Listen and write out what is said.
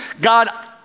God